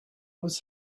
was